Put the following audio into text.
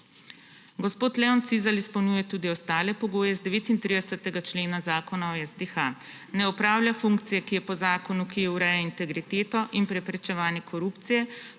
Gospod Leon Cizelj izpolnjuje tudi ostale pogoje iz 39 člena Zakona o SDH. Ne opravlja funkcije, ki je po zakonu, ki ureja integriteto in preprečevanje korupcije,